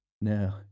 No